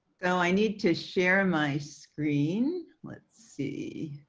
now i need to share my screen. let's see.